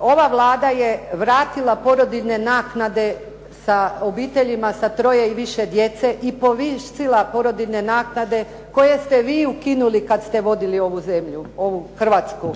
ova Vlada je vratila porodiljne naknade obiteljima sa troje i više djece i povisila porodiljne naknade koje ste vi ukinuli kad ste vodili ovu zemlju, ovu Hrvatsku.